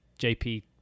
JP